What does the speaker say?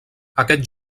aquest